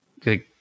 good